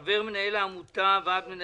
חבר ועד מנהל עמותת המצפה